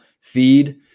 feed